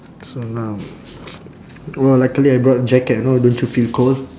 so now !wah! luckily I brought jacket you know don't you feel cold